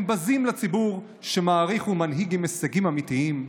הם בזים לציבור שמעריך מנהיג עם הישגים אמיתיים,